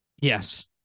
Yes